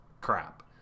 crap